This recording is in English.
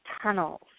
tunnels